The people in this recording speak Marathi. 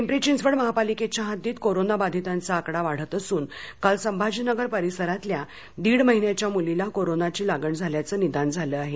पिंपरी चिंचवड महापालिकेच्या हद्दीत कोरोना बाधितांचा आकडा वाढत असुन काल संभाजीनगर परीसरातल्या दिड महीन्याच्या मुलीला कोरोनाची लागण झाल्याचं निदान झालं आहे